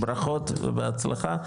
ברכות ובהצלחה.